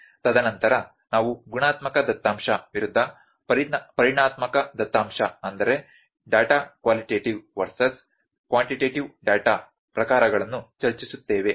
ತದನಂತರ ನಾವು ಗುಣಾತ್ಮಕ ದತ್ತಾಂಶ ವಿರುದ್ಧ ಪರಿಮಾಣಾತ್ಮಕ ದತ್ತಾಂಶಗಳ ಪ್ರಕಾರಗಳನ್ನು ಚರ್ಚಿಸುತ್ತೇವೆ